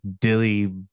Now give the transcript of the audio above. dilly